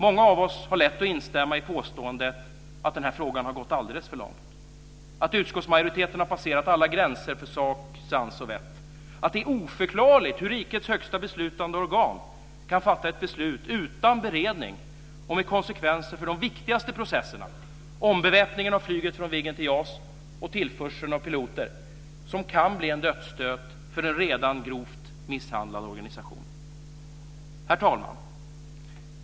Många av oss har lätt att instämma i påståendet att den här frågan har gått alldeles för långt, att utskottsmajoriteten har passerat alla gränser för sak, sans och vett och att det är oförklarligt hur rikets högsta beslutande organ kan fatta ett beslut utan beredning och med konsekvenser för de viktigaste processerna - ombeväpningen av flyget från Viggen till JAS och tillförseln av piloter - som kan bli en dödsstöt för en redan grovt misshandlad organisation. Herr talman!